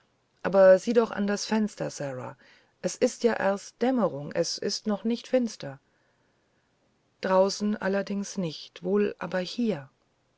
aber sieh doch an das fenster sara es ist ja erst dämmerung es ist noch nicht finster draußenallerdingsnicht wohlaberhier wodenn in